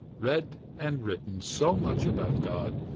read, and written so much about god,